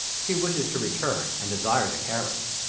she wishes to return, and desires a carriage.